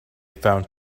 found